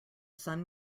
sun